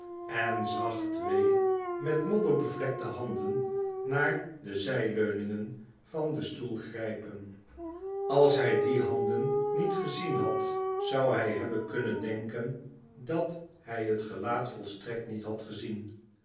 en zag twee met modder bevlekte handen naar de zijleuningen van den stoel grypen ais hy die handen niet gezien had zou ny hebben kunnen denken dat hy het gelaat volstrekt niet had gezien